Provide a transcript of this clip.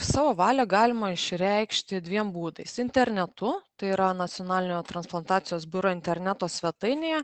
savo valią galima išreikšti dviem būdais internetu tai yra nacionalinio transplantacijos biuro interneto svetainėje